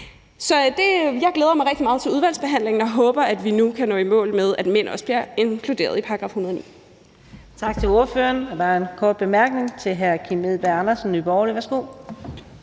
Jeg glæder mig rigtig meget til udvalgsbehandlingen, og jeg håber, at vi nu kan nå i mål med, at mænd også bliver inkluderet i § 109. Kl. 18:45 Fjerde næstformand (Karina Adsbøl): Tak til ordføreren. Der er en kort bemærkning til hr. Kim Edberg Andersen, Nye Borgerlige. Værsgo.